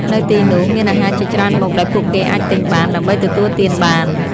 នៅទីនោះ មានអាហារជាច្រើនមុខដែលពួកគេអាចទិញបាន ដើម្បីទទួលទានបាន។